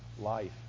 life